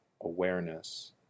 awareness